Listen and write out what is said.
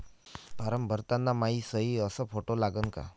Form भरताना मायी सयी अस फोटो लागन का?